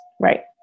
Right